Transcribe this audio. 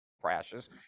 crashes